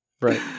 right